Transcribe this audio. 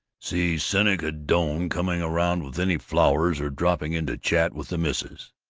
see seneca doane coming around with any flowers or dropping in to chat with the missus,